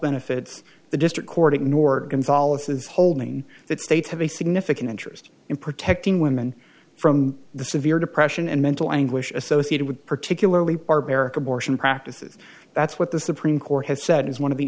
benefits the district court ignored them solace is holding that states have a significant interest in protecting women from the severe depression and mental anguish associated with particularly barbaric abortion practices that's what the supreme court has said is one of the